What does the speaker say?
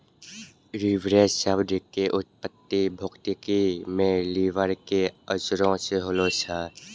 leverage शब्द के उत्पत्ति भौतिकी मे लिवर के असरो से होलो छै